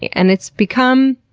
and it's become,